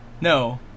No